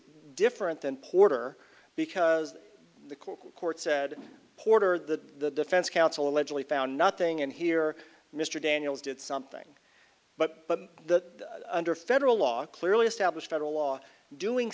different than puerto because the court said puerto the defense counsel allegedly found nothing in here mr daniels did something but that under federal law clearly establish federal law doing